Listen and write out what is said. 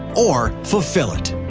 or fulfill it?